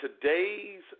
today's